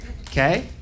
Okay